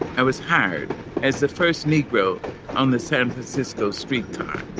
i was hired as the first negro on the san francisco streetcars